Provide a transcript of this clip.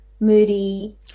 moody